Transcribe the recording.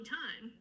time